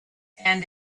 and